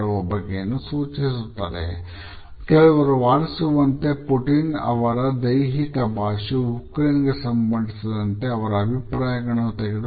ಇದನ್ನು ಸೂಚಿಸುವುದು ಅವರ ದೈಹಿಕ ಭಾಷೆ